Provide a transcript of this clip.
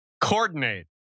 Coordinate